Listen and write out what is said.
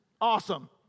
awesome